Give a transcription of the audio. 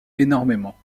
énormément